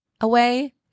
away